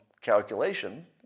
calculation